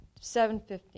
750